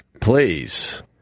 please